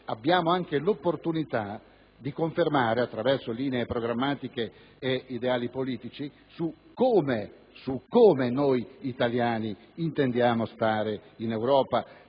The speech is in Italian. abbiamo anche l'opportunità di confermare, attraverso linee programmatiche e ideali politici, il modo in cui noi italiani intendiamo stare in Europa,